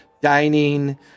dining